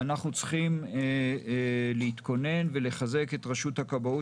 ואנחנו צריכים להתכונן ולחזק את רשות הכבאות